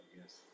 yes